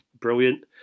brilliant